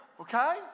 okay